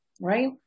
right